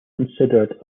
considered